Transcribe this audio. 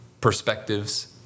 perspectives